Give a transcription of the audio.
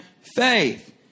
Faith